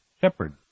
Shepherd